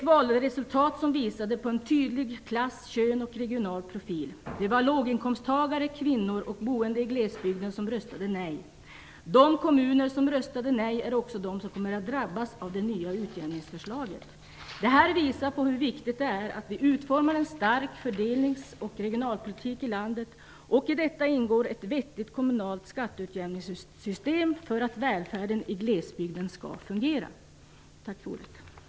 Valresultatet visade på en tydlig klass och könsrelaterad samt regional profil. Låginkomsttagare, kvinnor och boende i glesbygden röstade nej. De kommuner som röstade nej är också de som kommer att drabbas av det nya utjämningsförslaget. Det här visar hur viktigt det är att vi utformar en stark fördelnings och regionalpolitik i landet, och i den skall ett vettigt kommunalt skatteutjämningssystem ingå för att välfärden i glesbygden skall fungera. Tack för ordet!